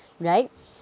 right